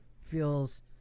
feels